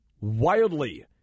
Wildly